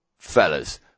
Fellas